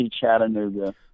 Chattanooga